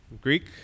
Greek